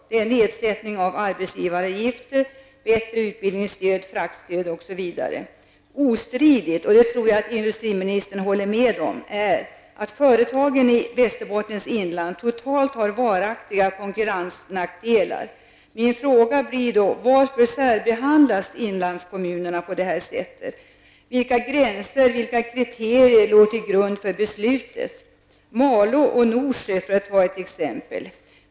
Det gäller nedsättning av arbetsgivaravgifter, bättre utbildningsstöd, frakstöd osv. Ostridigt är -- och det tror jag att industriministern håller med om -- att företagen i Västerbottens inland totalt har varaktiga konkurrensnackdelar. Mina frågor blir då: Varför särbehandlas inlandskommunerna på det här sättet? Vilka gränser och kriterier låg till grund för beslutet? Låt mig ta Malå och Norsjö som exempel.